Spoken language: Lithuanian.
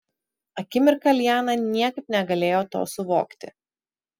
akimirką liana niekaip negalėjo to suvokti